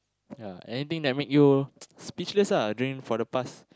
ya anything that make you speechless during for the past